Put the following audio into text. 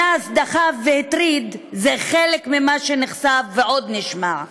אנס, דחף והטריד, זה חלק ממה שנחשף ועוד נשמע.